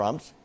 TRUMP'S